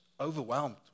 overwhelmed